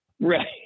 Right